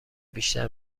بیشتر